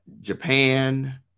japan